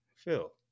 Phil